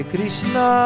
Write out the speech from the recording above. Krishna